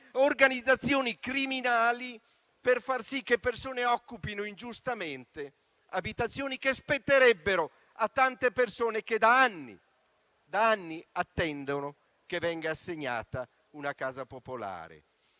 organizzazioni criminali per far sì che persone occupino ingiustamente abitazioni che spetterebbero a tante persone che da anni attendono che venga loro assegnata una casa popolare.